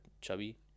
chubby